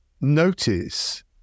notice